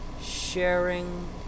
sharing